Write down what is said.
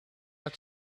out